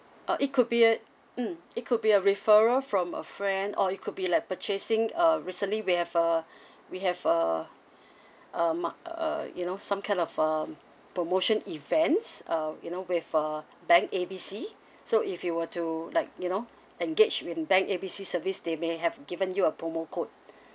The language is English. uh it could be a mm it could be a referral from a friend or it could be like purchasing uh recently we have a we have a a mar~ uh you know some kind of um promotion events uh you know with a bank A B C so if you will to like you know engaged in bank A B C service they may have given you a promo code